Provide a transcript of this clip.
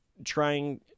Trying